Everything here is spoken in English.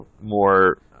more